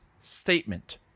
statement